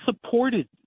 supported